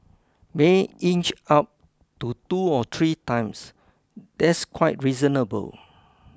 may inch up to two or three times that's quite reasonable